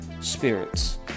spirits